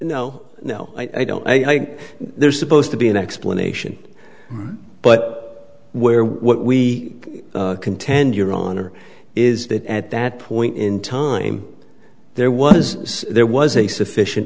no no i don't i think there's supposed to be an explanation but where what we contend your honor is that at that point in time there was there was a sufficient